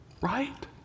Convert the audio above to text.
Right